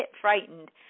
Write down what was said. frightened